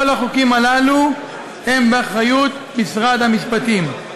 כל החוקים הללו הם באחריות משרד המשפטים.